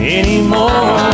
anymore